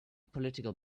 political